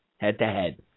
head-to-head